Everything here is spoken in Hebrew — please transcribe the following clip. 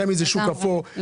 רמ"י זה שוק אפור.